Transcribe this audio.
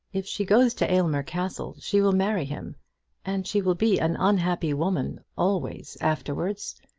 if she goes to aylmer castle she will marry him and she will be an unhappy woman always afterwards.